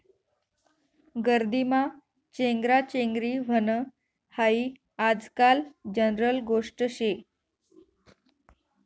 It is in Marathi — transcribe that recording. गर्दीमा चेंगराचेंगरी व्हनं हायी आजकाल जनरल गोष्ट शे